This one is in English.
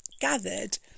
gathered